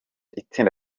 itsinda